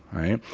right?